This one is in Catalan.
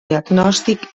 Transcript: diagnòstic